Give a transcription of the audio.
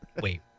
wait